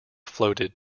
floated